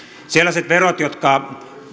sellaiset verot jotka